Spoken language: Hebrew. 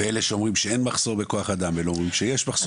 ואלה שאומרים שאין מחסור בכוח אדם ואלה שאומרים שיש מחסור.